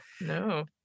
No